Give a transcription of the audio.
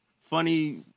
funny